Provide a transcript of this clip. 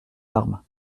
larmes